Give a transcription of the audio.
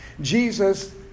Jesus